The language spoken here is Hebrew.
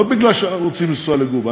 לא בגלל שאנחנו רוצים לנסוע לקובה,